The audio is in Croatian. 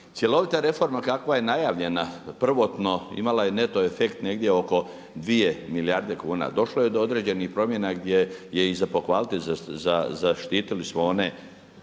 Cjelovita reforma kakva je najavljena prvotno imala je neto efekt negdje oko 2 milijarde kuna. Došlo je do određenih promjena gdje je i za pohvaliti, zaštitili smo one